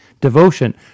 devotion